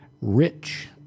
rich